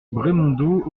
brémondot